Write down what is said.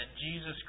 Jesus